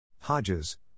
Hodges